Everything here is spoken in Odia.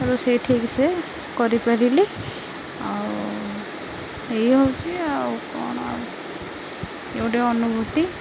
ରୋଷେଇ ଠିକ ସେ କରିପାରିଲି ଆଉ ଏଇ ହେଉଛି ଆଉ କଣ ଏ ଗୋଟେ ଅନୁଭୂତି